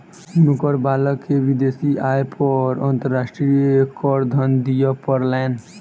हुनकर बालक के विदेशी आय पर अंतर्राष्ट्रीय करधन दिअ पड़लैन